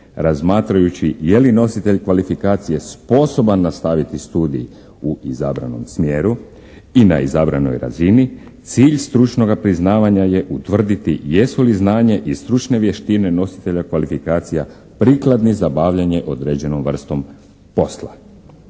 razmatrajući je li nositelj kvalifikacije sposoban nastaviti studij u izabranom smjeru i na izabranoj razini, cilj stručnoga priznavanja je utvrditi jesu li znanje i stručne vještine nositelja kvalifikacija prikladni za obavljanje određenom vrstom posla.